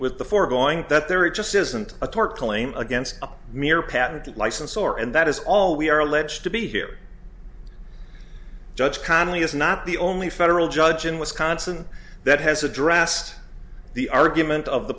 with the foregoing that there it just isn't a tort claim against a mere patent license or and that is all we are alleged to be here judge connelly is not the only federal judge in wisconsin that has addressed the argument of the